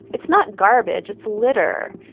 it's not garbage it's litter,